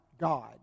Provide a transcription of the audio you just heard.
God